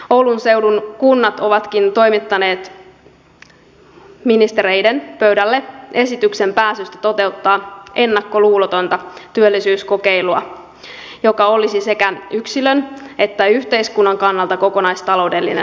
oulun seudun kunnat ovatkin toimittaneet ministereiden pöydälle esityksen pääsystä toteuttamaan ennakkoluulotonta työllisyyskokeilua joka olisi sekä yksilön että yhteiskunnan kannalta kokonaistaloudellinen